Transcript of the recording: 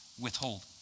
withhold